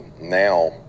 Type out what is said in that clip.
now